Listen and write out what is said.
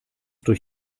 mich